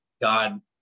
God